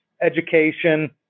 Education